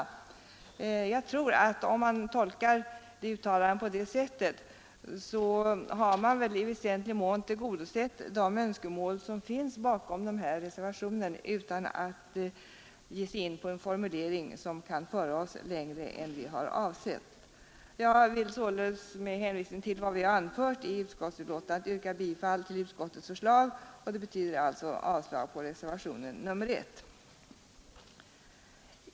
Om man tolkar propositionens uttalande på det sättet, har man i väsentlig mån tillgodosett de önskemål som finns bakom reservationen 1 utan att därmed ge sig in på en formulering som kan föra oss längre än vi har avsett. Jag vill sålunda med hänsyn till vad vi har anfört i utskottets betänkande yrka bifall till utskottets förslag, vilket innebär avslag på reservationen 1.